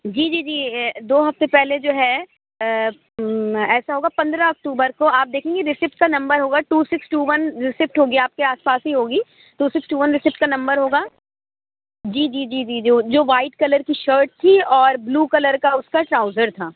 جی جی جی دو ہفتے پہلے جو ہے ایسا ہوگا پندرہ اکتوبر کو آپ دیکھیں گی ریسیپٹ کا نمبر ہوگا two six two one receipt ہوگی آپ کے آس پاس ہی ہوگی two six two one receipt کا نمبر ہوگا جی جی جی جی جو جو وائٹ کلر کی شرٹ تھی اور بلو کلر کا اُس کا ٹراؤزر تھا